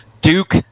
Duke